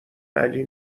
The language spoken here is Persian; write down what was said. علی